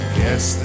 guess